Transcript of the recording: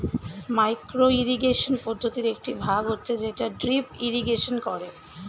micro irrigation পদ্ধতির একটি ভাগ হচ্ছে যেটা ড্রিপ ইরিগেশন করে